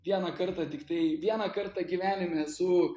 vieną kartą tiktai vieną kartą gyvenime esu